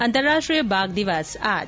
अंतरराष्ट्रीय बाघ दिवस आज